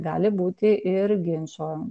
gali būti ir ginčo